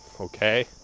okay